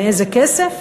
מאיזה כסף?